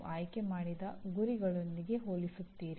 ಈಗ ಪಠ್ಯಕ್ರಮದ ಪರಿಣಾಮಗಳಿಗೆ ಬರೋಣ